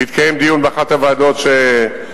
ויתקיים דיון באחת הוועדות שתיבחרנה,